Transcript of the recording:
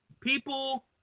People